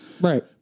Right